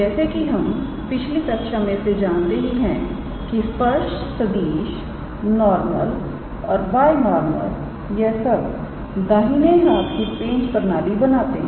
जैसे कि हम पिछली कक्षा में से जानते हैं कि स्पर्श सदिश नॉर्मल और बायनॉर्मल यह सब दाहिनी हाथ की पेंच प्रणाली बनाते हैं